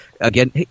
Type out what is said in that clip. again